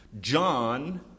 John